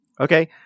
Okay